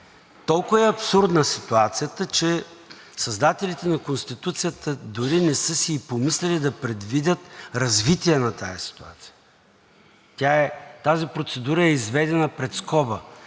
толкова абсурдна, че създателите на Конституцията дори не са си и помисляли да предвидят развитие на тази ситуация. Тази процедура е изведена пред скоба